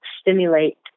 stimulate